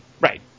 Right